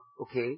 okay